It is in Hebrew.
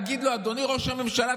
להגיד לו: אדוני ראש הממשלה,